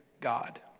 God